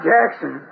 Jackson